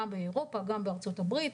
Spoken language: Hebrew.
גם באירופה וגם בארצות הברית.